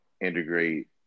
integrate